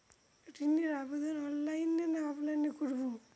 ঋণের আবেদন অনলাইন না অফলাইনে করব?